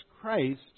Christ